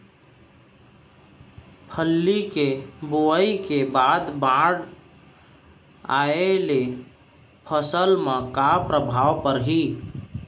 फल्ली के बोआई के बाद बाढ़ आये ले फसल मा का प्रभाव पड़ही?